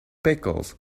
pickles